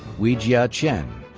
weijia chen.